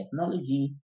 technology